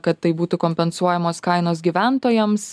kad taip būtų kompensuojamos kainos gyventojams